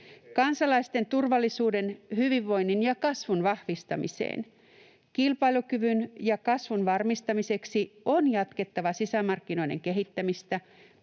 kansalaisten turvallisuuden, hyvinvoinnin ja kasvun vahvistamiseen. Kilpailukyvyn ja kasvun varmistamiseksi on jatkettava sisämarkkinoiden kehittämistä,